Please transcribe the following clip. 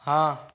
हाँ